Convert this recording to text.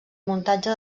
muntatge